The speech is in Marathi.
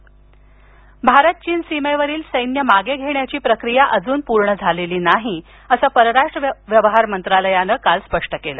भारत चीन भारत चीन सीमेवरील सैन्य मागे घेण्याची प्रक्रीया अजून पूर्ण झालेली नाही असं परराष्ट्र व्यवहार मंत्रालयानं काल स्पष्ट केलं